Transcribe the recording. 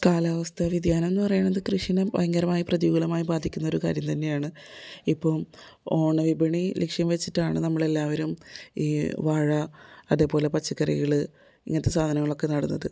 കാലാവസ്ഥ വ്യതിയാനം എന്ന് പറയുന്നത് കൃഷിനെ ഭയങ്കരമായി പ്രതികൂലമായി ബാധിക്കുന്നൊരു കാര്യം തന്നെയാണ് ഇപ്പോൾ ഓണ വിപണി ലക്ഷ്യം വെച്ചിട്ടാണ് നമ്മളെല്ലാവരും ഈ വാഴ അതേ പോലെ പച്ചക്കറികൾ ഇങ്ങനത്തെ സാധനങ്ങളൊക്കെ നടുന്നത്